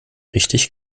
richtig